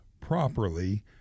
properly